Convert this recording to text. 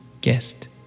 guest